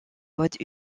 modes